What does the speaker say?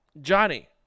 Johnny